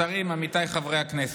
השרים, עמיתיי חברי הכנסת,